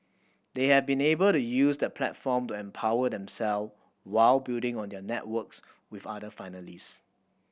they have been able to use that platform to empower themself while building on their networks with other finalist